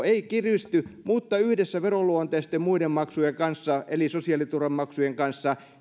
ei kiristy mutta yhdessä veroluonteisten muiden maksujen kanssa eli sosiaaliturvamaksujen kanssa